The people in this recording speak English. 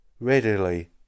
readily